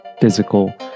physical